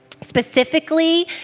specifically